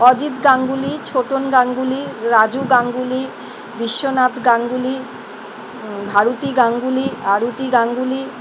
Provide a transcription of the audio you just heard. Ajit Ganguly Chhotan Ganguly Raju Ganguly Biswanath Ganguly Bharati Ganguly Aruti Ganguly